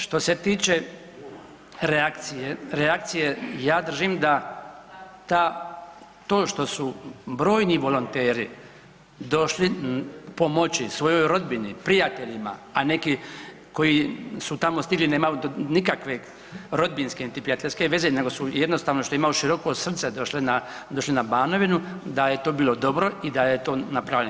Što se tiče reakcije, ja držim da to što su brojni volonteri došli pomoći svojoj rodbini, prijateljima a neki koji su tamo stigli nemaju nikakve rodbinske niti prijateljske veze nego su jednostavno što imaju široko srce došli na Banovinu da je to bilo dobro i da je to napravljeno.